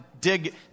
dig